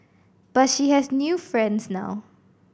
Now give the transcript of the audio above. but she has new friends now